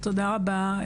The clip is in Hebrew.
תודה רבה.